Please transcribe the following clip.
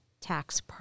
tax